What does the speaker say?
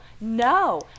no